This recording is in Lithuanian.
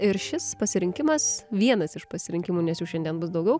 ir šis pasirinkimas vienas iš pasirinkimų nes jų šiandien bus daugiau